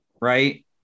right